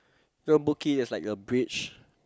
you know Boat Quay there's like a bridge